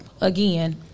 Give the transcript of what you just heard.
again